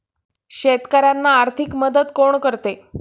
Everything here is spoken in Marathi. शेतकऱ्यांना आर्थिक मदत कोण करते?